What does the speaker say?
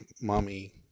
mommy